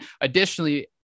Additionally